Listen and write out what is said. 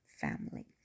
family